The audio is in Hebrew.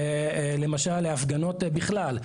להפגנות בכלל,